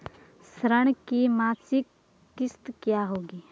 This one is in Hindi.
ऋण की मासिक किश्त क्या होगी?